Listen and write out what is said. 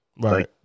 Right